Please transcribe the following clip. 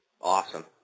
awesome